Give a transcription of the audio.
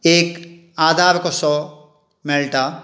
एक आदार कसो मेळटा